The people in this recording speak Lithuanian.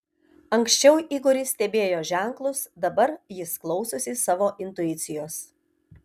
anksčiau igoris stebėjo ženklus dabar jis klausosi savo intuicijos